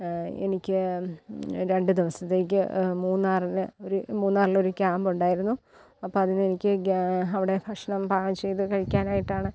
എനിക്ക് രണ്ട് ദിവസത്തേക്ക് മൂന്നാറിന് ഒരു മൂന്നാറിലൊരു ക്യാമ്പുണ്ടായിരുന്നു അപ്പോൾ അതിനെനിക് അവിടെ ഭക്ഷണം പാകം ചെയ്ത് കഴിക്കാനായിട്ടാണ്